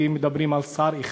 כי מדברים על שר אחד,